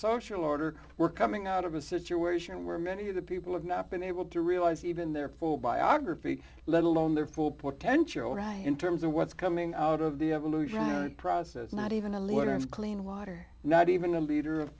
social order we're coming out of a situation where many of the people have not been able to realize even their full biography let alone their full potential right in terms of what's coming out of the evolutionary process not even a lot of clean water not even a leader of